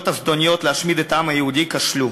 הזדוניות להשמיד את העם היהודי כשלו,